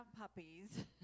puppies